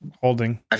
Holding